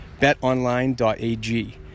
Betonline.ag